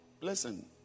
listen